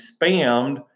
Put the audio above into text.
spammed